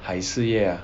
海事业